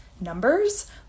numbers